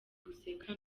guseka